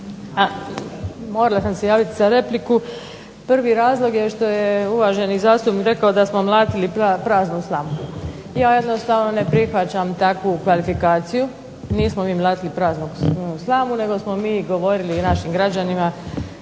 Morala sam se javit za repliku. Prvi razlog je što je uvaženi zastupnik rekao da smo mlatili praznu slamu. Ja jednostavno ne prihvaćam takvu kvalifikaciju, nismo mi mlatili praznu slamu nego smo mi govorili našim građanima